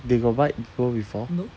they got bite people before